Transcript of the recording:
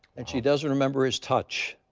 and she doesn't remember his touch.